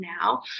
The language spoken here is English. now